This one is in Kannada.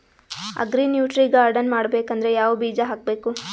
ಅಗ್ರಿ ನ್ಯೂಟ್ರಿ ಗಾರ್ಡನ್ ಮಾಡಬೇಕಂದ್ರ ಯಾವ ಬೀಜ ಹಾಕಬೇಕು?